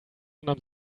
unterm